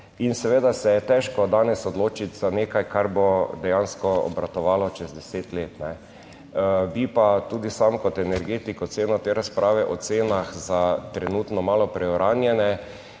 in seveda se je težko danes odločiti za nekaj, kar bo dejansko obratovalo čez deset let. Bi pa tudi sam kot energetik oceno te razprave o cenah za trenutno malo preuranjene,